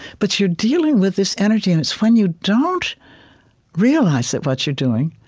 but you're dealing with this energy, and it's when you don't realize it, what you're doing,